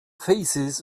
faces